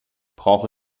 brauche